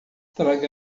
traga